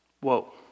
Whoa